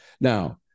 Now